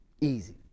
easy